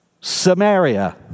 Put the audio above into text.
Samaria